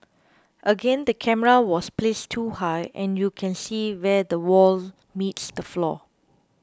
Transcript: again the camera was placed too high and you can see where the wall meets the floor